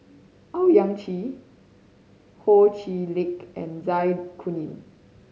Owyang Chi Ho Chee Lick and Zai Kuning